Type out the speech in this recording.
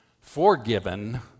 forgiven